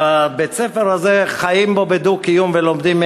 ובבית-הספר הזה חיים בדו-קיום ולומדים,